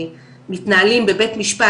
מתנהלים בבית משפט,